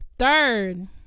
Third